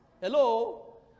Hello